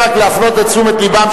ועדת הכספים,